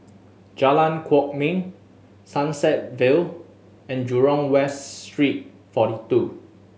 Jalan Kwok Min Sunset Vale and Jurong West Street Forty Two